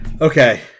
Okay